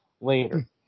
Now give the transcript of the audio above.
later